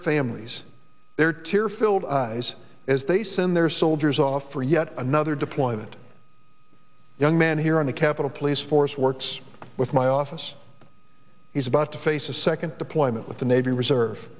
families their tear filled eyes as they send their soldiers off for yet another deployment young man here on the capitol police force works with my office he's about to face a second deployment with the navy reserve